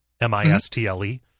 M-I-S-T-L-E